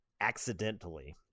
accidentally